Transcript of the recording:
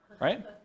right